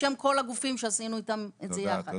בשם כל הגופים שעשינו איתם את זה יחד.